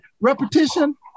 repetition